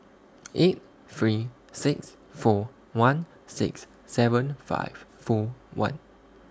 eight three six four one six seven five four one